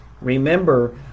Remember